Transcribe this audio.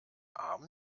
arm